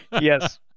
Yes